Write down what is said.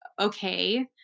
okay